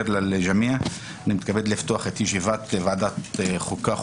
אני מתכבד לפתוח את ישיבת ועדת החוקה,